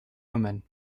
women